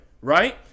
right